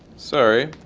sorry,